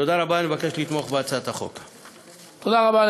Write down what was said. תודה רבה.